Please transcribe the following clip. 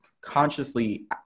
consciously